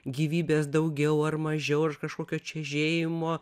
gyvybės daugiau ar mažiau kažkokio čežėjimo